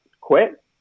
quit